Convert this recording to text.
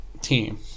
team